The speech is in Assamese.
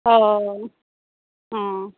অঁ অঁ